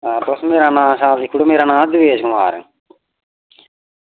तुस मेरा नांऽ लिखी ओड़ेओ देश कुमार